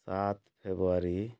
ସାତ ଫେବୃଆରୀ